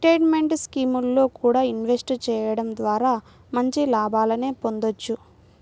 retirement స్కీముల్లో కూడా invest చెయ్యడం ద్వారా మంచి లాభాలనే పొందొచ్చు